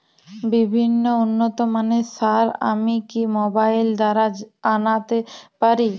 বিভিন্ন উন্নতমানের সার আমি কি মোবাইল দ্বারা আনাতে পারি?